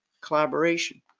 collaboration